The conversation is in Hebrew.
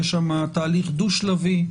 יש שם תהליך דו-שלבי,